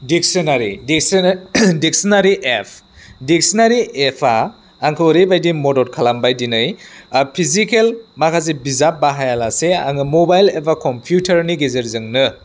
dictionary dictionary app dictionary एपआ आंखौ ओरैबायदि मदद खालामबाय दिनै फिजिकेल माखासे बिजाब बाहायालासे आङो मबाइल एबा कम्पिउटारनि गेजेरजोंनो